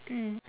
mm